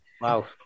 wow